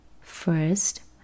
First